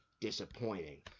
disappointing